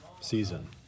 season